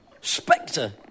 Spectre